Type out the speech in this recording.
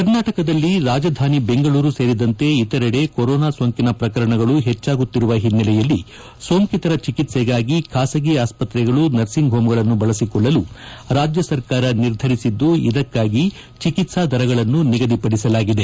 ಕರ್ನಾಟಕದಲ್ಲಿ ರಾಜಧಾನಿ ಬೆಂಗಳೂರು ಸೇರಿದಂತೆ ಇತರೆಡೆ ಕೊರೋನಾ ಸೋಂಕಿನ ಪ್ರಕರಣಗಳು ಹೆಚ್ಚಾಗುತ್ತಿರುವ ಹಿನ್ನೆಲೆಯಲ್ಲಿ ಸೋಂಕಿತರ ಚಿಕಿತ್ಸೆಗಾಗಿ ಖಾಸಗಿ ಆಸ್ಪತ್ರೆಗಳು ನರ್ಸಿಂಗ್ ಹೋಂಗಳನ್ನು ಬಳಸಿಕೊಳ್ಳಲು ರಾಜ್ಯ ಸರ್ಕಾರ ನಿರ್ಧರಿಸಿದ್ದು ಇದಕ್ಕಾಗಿ ಚಿಕಿತ್ಸಾ ದರಗಳನ್ನು ನಿಗದಿಪಡಿಸಲಾಗಿದೆ